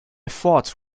thought